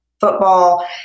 football